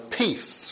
peace